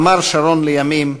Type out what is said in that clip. אמר שרון לימים: